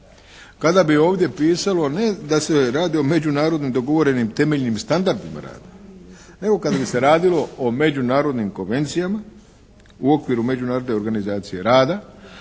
kada bi ovdje pisalo ne da se radi o međunarodno dogovorenim temeljnim standardima rada nego kad bi se radilo o međunarodnim konvencijama u okviru međunarodne organizacije rada